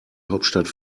hauptstadt